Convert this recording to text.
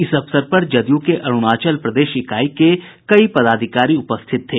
इस अवसर पर जदयू के अरुणाचल प्रदेश ईकाई के भी कई पदाधिकारी उपस्थित थे